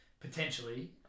potentially